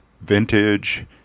vintage